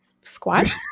Squats